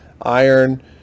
iron